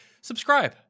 subscribe